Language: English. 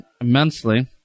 immensely